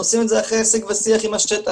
עושים את זה אחרי שיג ושיח עם השטח,